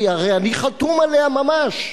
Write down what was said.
כי הרי אני חתום עליה ממש?